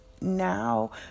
now